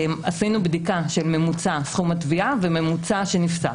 עשינו בדיקה של ממוצע סכום התביעה וממוצע שנפסק.